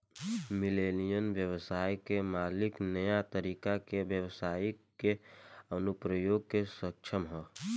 millennial ब्यबसाय के मालिक न्या तकनीक के ब्यबसाई के अनुप्रयोग में सक्षम ह